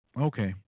okay